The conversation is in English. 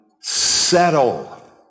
settle